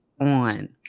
on